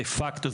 דה פקטו,